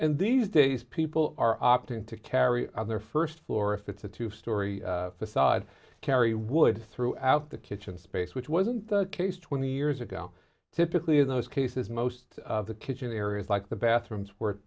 and these days people are opting to carry their first floor if it's a two storey facade kerry would throughout the kitchen space which wasn't the case twenty years ago typically in those cases most the kitchen areas like the bathrooms were